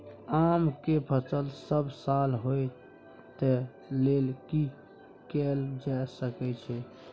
आम के फसल सब साल होय तै लेल की कैल जा सकै छै?